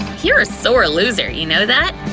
you're a sore loser, you know that?